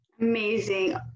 Amazing